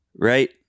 right